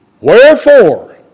wherefore